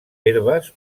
herbes